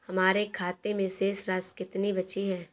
हमारे खाते में शेष राशि कितनी बची है?